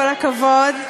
כל הכבוד.